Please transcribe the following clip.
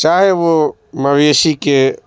چاہے وہ مویشی کے